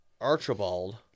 Archibald